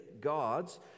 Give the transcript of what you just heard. gods